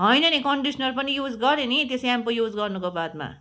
होइन नि कन्डिस्नर पनि युज गरेँ नि त्यो स्यामपो युज गर्नुको बादमा